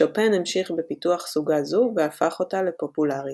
שופן המשיך בפיתוח סוגה זו והפך אותה לפופולרית.